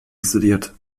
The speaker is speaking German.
isoliert